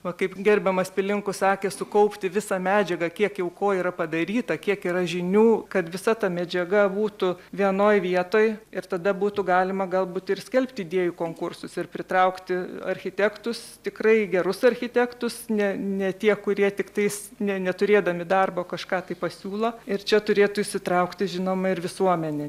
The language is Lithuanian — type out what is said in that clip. va kaip gerbiamas pilinkus sakė sukaupti visą medžiagą kiek jau ko yra padaryta kiek yra žinių kad visa ta medžiaga būtų vienoj vietoj ir tada būtų galima galbūt ir skelbti idėjų konkursus ir pritraukti architektus tikrai gerus architektus ne ne tie kurie tiktais ne neturėdami darbo kažką tai pasiūlo ir čia turėtų įsitraukti žinoma ir visuomenė